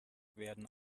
werden